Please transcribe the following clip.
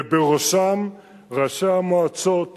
ובראשם ראשי המועצות,